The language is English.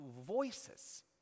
voices